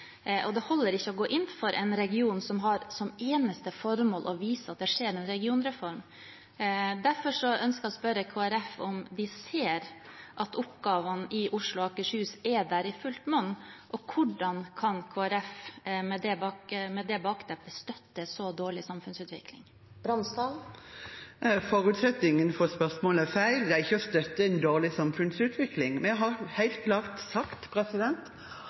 og det holder ikke å gå inn for en region som har som eneste formål å vise at det skjer en regionreform. Derfor ønsker jeg å spørre Kristelig Folkeparti om de ser at oppgavene i Oslo og Akershus er der i fullt monn, og hvordan Kristelig Folkeparti, med det bakteppet, kan støtte en så dårlig samfunnsutvikling. Forutsetningen for spørsmålet er feil. Dette er ikke å støtte en dårlig samfunnsutvikling. Vi har helt klart sagt at det ikke er optimalt, men det er dette vi har